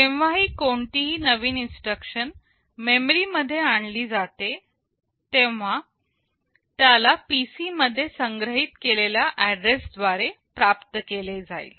जेव्हाही कोणतीही नवीन इन्स्ट्रक्शन मेमरी मध्ये आणली जाते तेव्हा त्याला PC मध्ये संग्रहित केलेल्या एड्रेस द्वारे प्राप्त केले जाईल